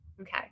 Okay